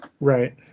Right